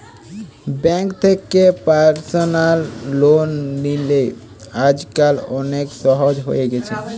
bank থেকে personal loan লিলে আজকাল অনেক সহজ হয়ে গেছে